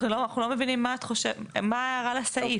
אנחנו לא מבינים מה ההערה לסעיף.